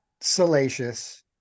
salacious